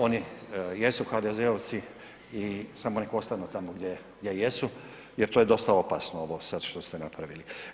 Oni jesu HDZ-ovci i samo nek ostanu tamo gdje jesu jer to je dosta opasno ovo što ste sada napravili.